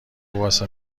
واسه